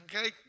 okay